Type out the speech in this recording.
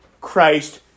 Christ